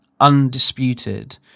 undisputed